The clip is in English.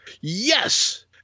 yes